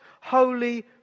holy